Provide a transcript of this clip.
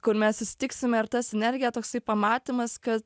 kur mes susitiksim ir ta sinergija toksai pamatymas kad